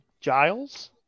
Giles